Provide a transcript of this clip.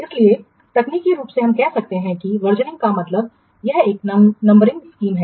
इसलिए तकनीकी रूप से हम कह सकते हैं कि वर्जनिंग का मतलब यह एक नंबरिंग स्कीम है